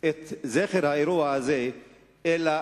את זכר האירוע הזה, אלא